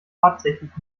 tatsächlich